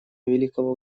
великого